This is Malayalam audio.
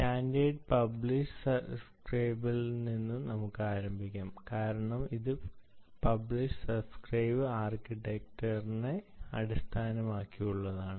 സ്റ്റാൻഡേർഡ് പബ്ലിഷ് സബ്സ്ക്രൈബിൽ നിന്ന് നമുക്ക് ആരംഭിക്കാം കാരണം ഇത് പബ്ലിഷ് സബ്സ്ക്രൈബ് ആർക്കിടെക്ചറിനെ അടിസ്ഥാനമാക്കിയുള്ളതാണ്